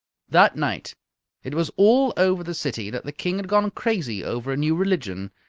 that night it was all over the city that the king had gone crazy over a new religion,